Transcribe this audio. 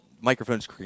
microphone's